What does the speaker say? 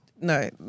No